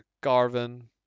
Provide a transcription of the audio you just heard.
Garvin